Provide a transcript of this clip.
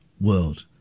world